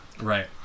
Right